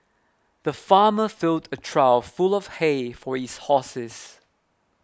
the farmer filled a trough full of hay for his horses